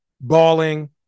bawling